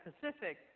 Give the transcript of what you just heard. Pacific